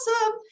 awesome